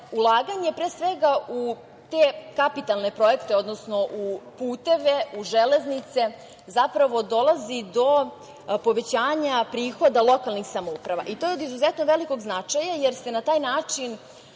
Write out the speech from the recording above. ulaganjem, pre svega, u te kapitalne projekte, odnosno u puteve, u železnice, zapravo dolazi do povećanja prihoda lokalnih samouprava i to je od izuzetno velikog značaja, jer se na taj način